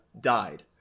died